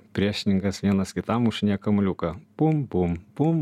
priešininkas vienas kitam mušinėja kamuoliuką pum pum pum